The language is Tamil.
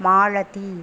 மாலதி